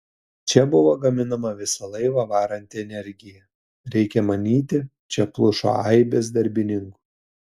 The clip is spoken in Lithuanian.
čia buvo gaminama visą laivą varanti energija reikia manyti čia plušo aibės darbininkų